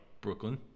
Brooklyn